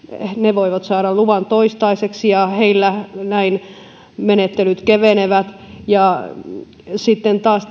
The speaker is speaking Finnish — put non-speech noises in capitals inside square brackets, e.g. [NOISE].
voivat saada luvan toistaiseksi ja heillä näin menettelyt kevenevät ja sitten taas [UNINTELLIGIBLE]